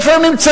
איפה הם נמצאים?